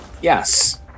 yes